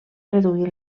reduir